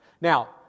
Now